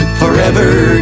forever